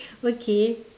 okay